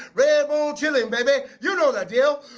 redbone chilling baby, you know the deal